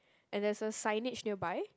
and there's a signage nearby